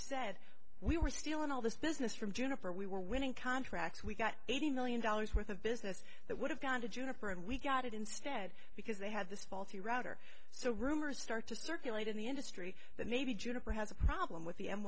were stealing all this business from juniper we were winning contracts we got eighty million dollars worth of business that would have gone to juniper and we got it instead because they have this faulty router so rumors start to circulate in the industry that maybe juniper has a problem with the